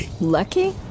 lucky